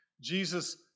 Jesus